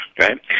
right